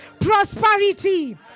prosperity